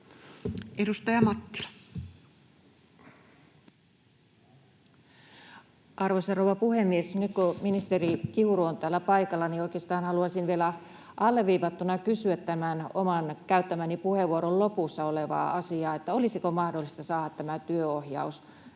15:07 Content: Arvoisa rouva puhemies! Nyt kun ministeri Kiuru on täällä paikalla, niin oikeastaan haluaisin vielä alleviivattuna kysyä tämän oman, käyttämäni puheenvuoron lopussa ollutta asiaa: olisiko mahdollista saada tämä työnohjaus